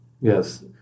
Yes